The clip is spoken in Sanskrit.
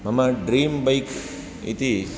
मम ड्रीम् बैक् इति